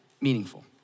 meaningful